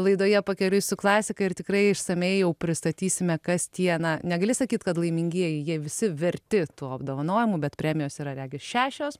laidoje pakeliui su klasika ir tikrai išsamiai jau pristatysime kas tie na negali sakyt kad laimingieji jie visi verti tų apdovanojimų bet premijos yra regis šešios